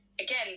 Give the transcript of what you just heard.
again